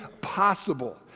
possible